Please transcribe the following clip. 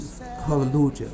hallelujah